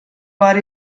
war